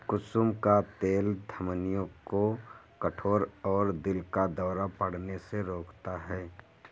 कुसुम का तेल धमनियों को कठोर और दिल का दौरा पड़ने से रोकता है